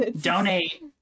donate